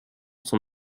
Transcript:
son